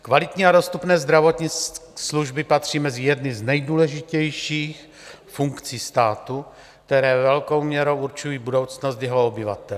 Kvalitní a dostupné zdravotní služby patří mezi jedny z nejdůležitějších funkcí státu, které velkou měrou určují budoucnost jeho obyvatel.